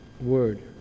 word